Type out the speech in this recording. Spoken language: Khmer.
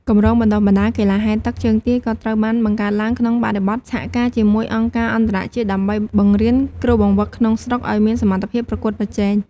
គម្រោងបណ្ដុះបណ្ដាលកីឡាហែលទឹកជើងទាក៏ត្រូវបានបង្កើតឡើងក្នុងបរិបទសហការជាមួយអង្គការអន្តរជាតិ ដើម្បីបង្រៀនគ្រូបង្វឹកក្នុងស្រុកឲ្យមានសមត្ថភាពប្រកួតប្រជែង។